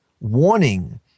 warning